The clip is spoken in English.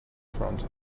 front